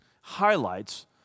highlights